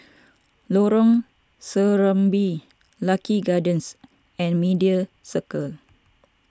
Lorong Serambi Lucky Gardens and Media Circle